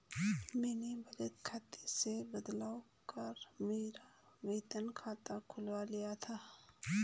मैंने बचत खाते से बदलवा कर मेरा वेतन खाता खुलवा लिया था